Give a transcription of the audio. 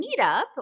Meetup